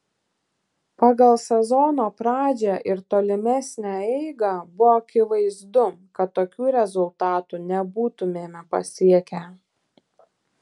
pagal sezono pradžią ir tolimesnę eigą buvo akivaizdu kad tokių rezultatų nebūtumėme pasiekę